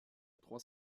trois